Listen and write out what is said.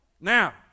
Now